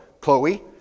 Chloe